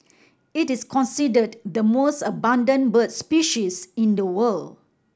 it is considered the most abundant bird species in the world